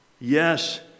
Yes